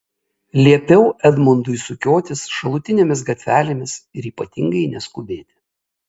liepiau edmundui sukiotis šalutinėmis gatvelėmis ir ypatingai neskubėti